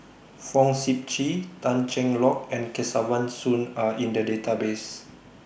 Fong Sip Chee Tan Cheng Lock and Kesavan Soon Are in The Database